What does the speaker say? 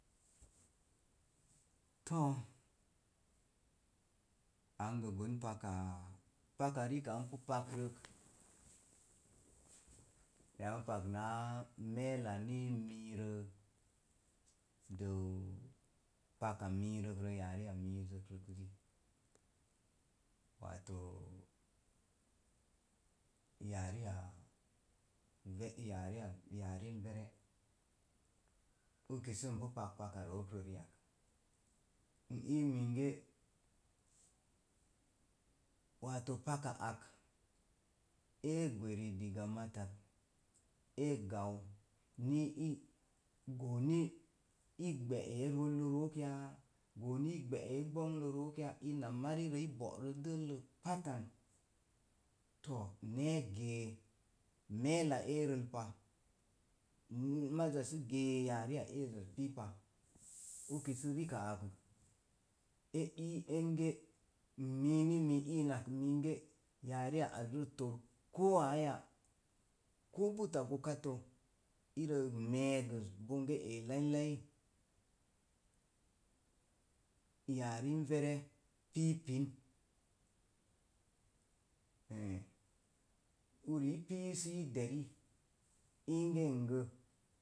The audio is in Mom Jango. To̱o̱ ang boo paka, paka rikak npu pakrək, minaa pag naa me̱e̱la ni mii rə dəu pak miikrə yareya mizrə. Wato yariya ve yaren vere uki sə npu pak paka rookro ri ak n ii minge waato paka ak e gwori diga matak e gau ni i gooni i ɓəre rotlo rokla ya? Gooni i gjə e’ gbollo rookro ya? Ina marirə i bo'ro dəllən pattan too ne̱e̱ gee meele endel pa n maza se gee yareya eezaz pipa, uki sə rikak ak e ii enge-mii ni n innak, yereya az rə to̱r ko̱o̱ araya. Koo buta go kattə ləə me̱e̱gəe boon gee lailai yarin vere piipai uri i pii səi deri inge ngə.